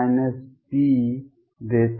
देता है